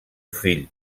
fill